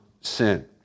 sin